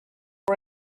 for